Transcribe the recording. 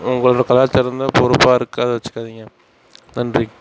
உங்களோட கலாச்சாரம்தான் பொறுப்பாக இருக்குன்னு நினைச்சுகாதீங்க நன்றி